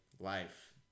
life